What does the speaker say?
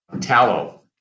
tallow